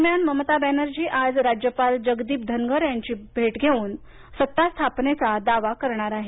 दरम्यान ममता बॅनर्जी आज राज्यपाल जगदीप धनखर यांची भेट घेउन सत्ता स्थापनेचा दावा करणार आहेत